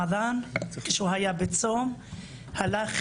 רצחו אותו כאשר היה באוטו עם הילד שלו.